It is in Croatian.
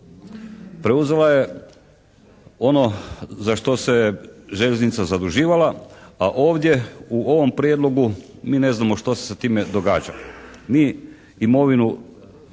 Preuzela je ono za što se željeznica zaduživala, a ovdje u ovom Prijedlogu mi ne znamo što se sa time događa.